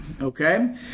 Okay